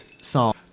song